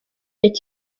est